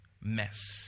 mess